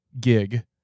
gig